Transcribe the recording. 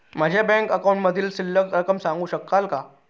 माझ्या बँक अकाउंटमधील शिल्लक रक्कम सांगू शकाल का?